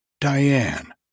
Diane